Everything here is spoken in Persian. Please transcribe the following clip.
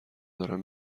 دارن